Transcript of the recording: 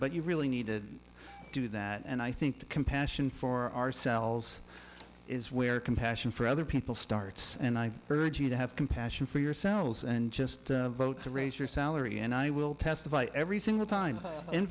but you really need to do that and i think the compassion for ourselves is where compassion for other people starts and i urge you to have compassion for yourselves and just vote to raise your salary and i will testify every single time in